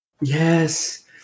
Yes